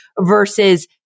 Versus